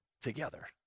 together